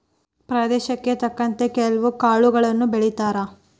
ಪ್ರದೇಶಕ್ಕೆ ತಕ್ಕಂತೆ ಕೆಲ್ವು ಕಾಳುಗಳನ್ನಾ ಬೆಳಿತಾರ